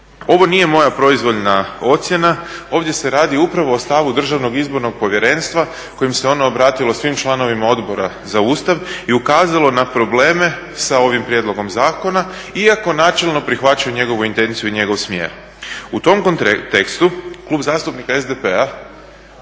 Ovo nije moja proizvoljna ocjena, ovdje se radi upravo o stavu DIP-a kojim se ono obratilo svim članovima Odbora za Ustav i ukazalo na probleme sa ovim prijedlogom zakona iako načelno prihvaća njegovu intenciju i njegov smjer. U tom kontekstu Klub zastupnika SDP-a